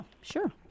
Sure